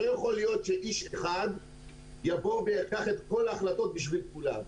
לא יכול להיות שאיש אחד יבוא וייקח את כל ההחלטות בשביל כולם.